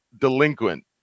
delinquent